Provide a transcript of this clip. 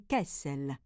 Kessel